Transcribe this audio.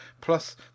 Plus